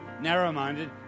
narrow-minded